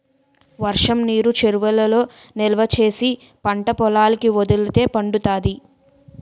వర్షంనీరు చెరువులలో నిలవా చేసి పంటపొలాలకి వదిలితే పండుతాది